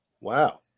Wow